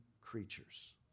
creatures